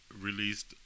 released